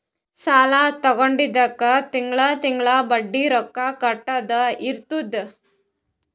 ಸಾಲಾ ತೊಂಡಿದ್ದುಕ್ ತಿಂಗಳಾ ತಿಂಗಳಾ ಬಡ್ಡಿ ರೊಕ್ಕಾ ಕಟ್ಟದ್ ಇರ್ತುದ್